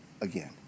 again